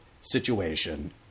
situation